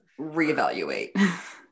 reevaluate